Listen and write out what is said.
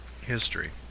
history